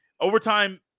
overtime